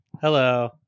hello